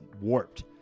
warped